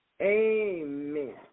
Amen